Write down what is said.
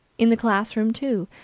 in the classroom, too,